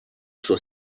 suo